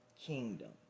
kingdom